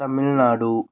Tamil Nadu